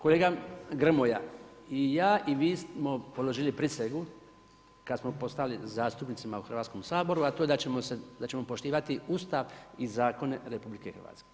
Kolega Grmoja, i ja i vi smo položili prisegu kada smo postali zastupnicima u Hrvatskom saboru, a to je da ćemo poštivati Ustav i zakone RH.